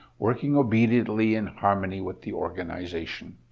working obediently in harmony with the organization.